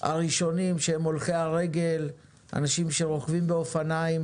הראשונים שהם הולכי הרגל, אנשים שרוכבים באופניים